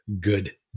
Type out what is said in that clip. good